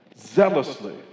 zealously